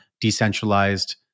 Decentralized